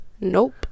Nope